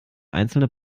einzelne